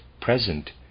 present